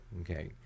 okay